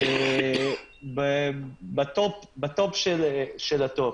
בטופ של הטופ.